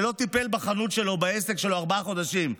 שלא טיפל בחנות שלו, בעסק שלו, ארבעה חודשים?